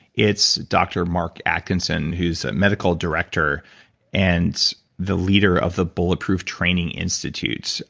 it's dr. mark atkinson, who's medical director and the leader of the bulletproof training institute.